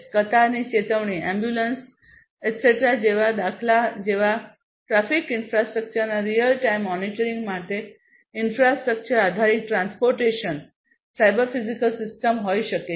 કતારની ચેતવણી ambulance etcetera જેવા દાખલા જેવા ટ્રાફિક ઇન્ફ્રાસ્ટ્રક્ચરના રીઅલ ટાઇમ મોનિટરિંગ માટે ઇન્ફ્રાસ્ટ્રક્ચર આધારિત ટ્રાન્સપોર્ટેશન સાયબર ફિઝિકલ સિસ્ટમ્સ હોઈ શકે છે